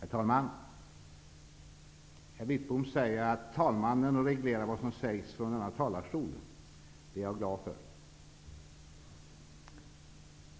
Herr talman! Bengt Wittbom säger att talmannen reglerar vad som sägs från denna talarstol. Det är jag glad för.